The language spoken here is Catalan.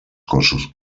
cossos